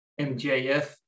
MJF